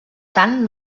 tant